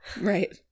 Right